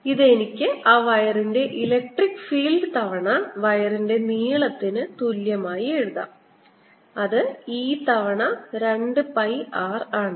ഇത് എനിക്ക് ആ വയറിന്റെ ഇലക്ട്രിക് ഫീൽഡ് തവണ വയറിൻറെ നീളത്തിന് തുല്യമായി എഴുതാം അത് E തവണ 2 പൈ r ആണ്